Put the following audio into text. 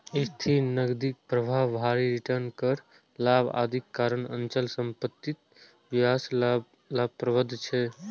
स्थिर नकदी प्रवाह, भारी रिटर्न, कर लाभ, आदिक कारण अचल संपत्ति व्यवसाय लाभप्रद छै